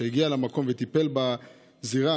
שהגיע למקום וטיפל בזירה,